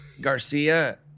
Garcia